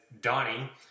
Donnie